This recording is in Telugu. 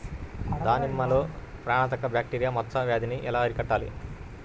దానిమ్మలో ప్రాణాంతక బ్యాక్టీరియా మచ్చ వ్యాధినీ ఎలా అరికట్టాలి?